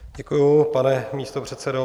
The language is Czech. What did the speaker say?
Děkuji, pane místopředsedo.